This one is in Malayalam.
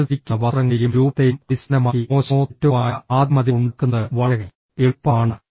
നിങ്ങൾ ധരിക്കുന്ന വസ്ത്രങ്ങളെയും രൂപത്തെയും അടിസ്ഥാനമാക്കി മോശമോ തെറ്റോ ആയ ആദ്യ മതിപ്പ് ഉണ്ടാക്കുന്നത് വളരെ എളുപ്പമാണ്